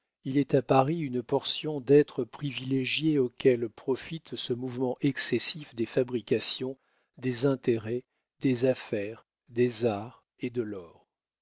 il est à paris une portion d'êtres privilégiés auxquels profite ce mouvement excessif des fabrications des intérêts des affaires des arts et de l'or